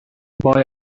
boy